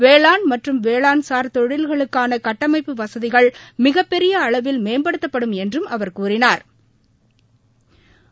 வேளாண் மற்றும் வேளாண்சாா் தொழில்களுக்கானகட்டமைப்பு வசதிகள் மிகப்பெரியஅளவில் மேம்படுத்தப்படும் என்றும் அவர் கூறினாா